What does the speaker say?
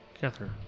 Catherine